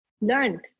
learned